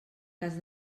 cas